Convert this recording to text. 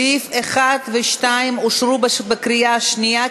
4. סעיפים 1 ו-2 אושרו בקריאה שנייה,